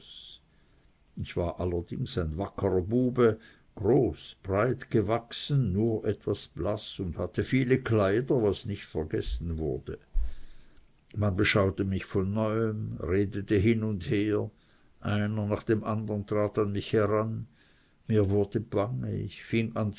ich war allerdings ein wackerer bube groß breit gewachsen nur etwas blaß und hatte viele kleider was nicht vergessen wurde man beschaute mich von neuem redete hin und her einer nach dem andern trat an mich heran mir wurde bange ich fing